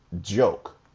joke